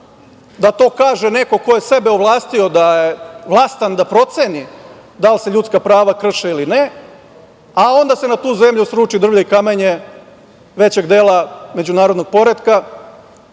da to kaže neko ko je sebe ovlastio da je vlastan da proceni da li se ljudska prava krše ili ne, a onda se na tu zemlju sruči drvlje i kamenje većeg dela međunarodnog poretka